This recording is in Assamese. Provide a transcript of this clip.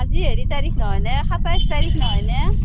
আজি হেৰি তাৰিখ নহয়নে সাতাইছ তাৰিখ নহয়নে